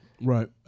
Right